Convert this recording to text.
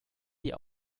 die